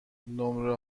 نمره